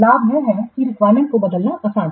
लाभ यह है कि रिक्वायरमेंट्स को बदलना आसान है